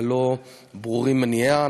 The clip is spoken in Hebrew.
ולא ברורים מניעיה.